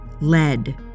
Lead